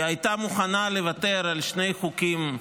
היא הייתה מוכנה לוותר על שני חוקים,